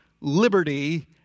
liberty